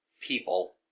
People